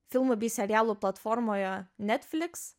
filmų bei serialų platformoje netflix